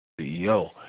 CEO